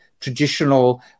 traditional